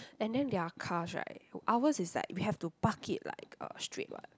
and then their cars right ours is like we have to park it like uh straight [what]